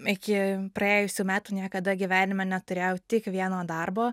iki praėjusių metų niekada gyvenime neturėjau tik vieno darbo